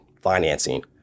financing